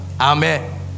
Amen